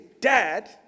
Dad